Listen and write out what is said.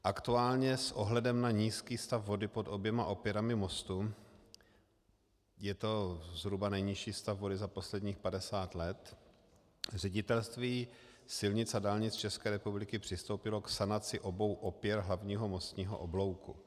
Aktuálně s ohledem na nízký stav vody pod oběma podpěrami mostu je to zhruba nejnižší stav vody za posledních padesát let Ředitelství silnic a dálnic České republiky přistoupilo k sanaci obou opěr hlavního mostního oblouku.